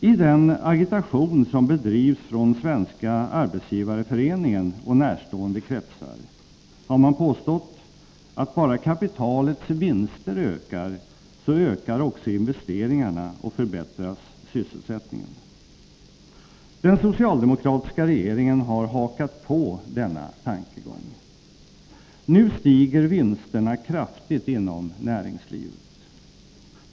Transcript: I den agitation som bedrivs från Svenska arbetsgivareföreningen och närstående kretsar har man påstått, att bara kapitalets vinster ökar så ökar också investeringarna och förbättras sysselsättningen. Den socialdemokratiska regeringen har hakat på denna tankegång. Nu stiger vinsterna kraftigt inom näringslivet.